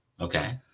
Okay